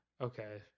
okay